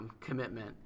commitment